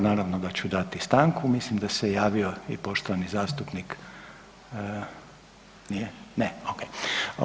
Naravno da ću dati stanku, mislim da se javio i poštovani zastupnik, nije, ne, okej.